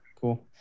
cool